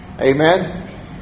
Amen